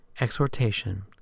Exhortation